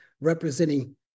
representing